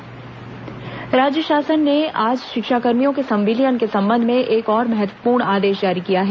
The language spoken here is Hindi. शिक्षाकर्मी संविलियन आदेश राज्य शासन ने आज शिक्षाकर्मियों के संविलियन के संबंध में एक और महत्वपूर्ण आदेश जारी किया है